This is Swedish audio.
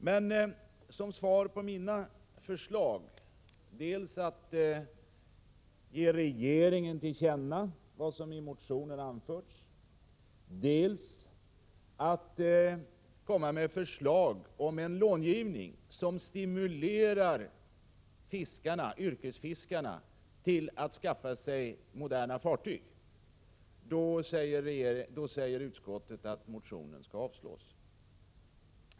Men som svar på mina förslag — dels att ge regeringen till känna vad som i motionen anförts, dels att lägga fram förslag om en långivning som stimulerar yrkesfiskarna till att skaffa sig moderna fartyg — säger utskottet att motionen skall avslås.